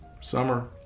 summer